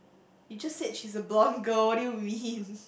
you just said she's a blonde girl what do you mean